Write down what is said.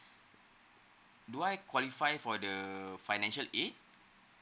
do I qualify for the financial aid